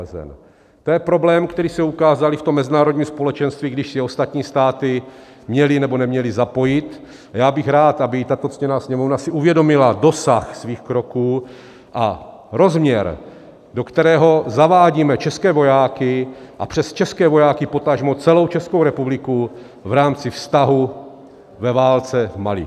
To je problém, který se ukázal i v tom mezinárodním společenství, když se i ostatní státy měly, nebo neměly zapojit, a já bych rád, aby i tato ctěná Sněmovna si uvědomila dosah svých kroků a rozměr, do kterého zavádíme české vojáky a přes české vojáky potažmo celou Českou republiku v rámci vztahu ve válce v Mali.